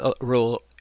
rule